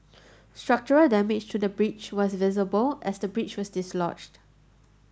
structural damage to the bridge was visible as the bridge was dislodged